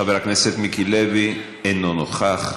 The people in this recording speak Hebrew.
חבר הכנסת מיקי לוי אינו נוכח.